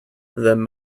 then